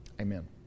Amen